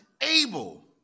able